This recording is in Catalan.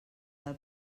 del